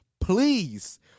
please